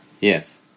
Yes